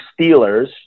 Steelers